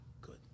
good